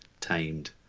tamed